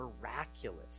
miraculous